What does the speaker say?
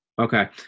Okay